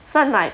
算 like